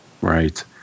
Right